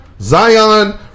Zion